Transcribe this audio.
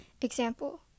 Example